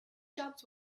jobs